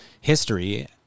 history